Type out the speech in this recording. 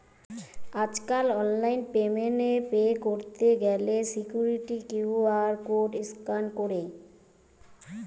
আজকাল online payment এ pay কইরতে গ্যালে সিকুইরিটি কিউ.আর কোড স্ক্যান কইরে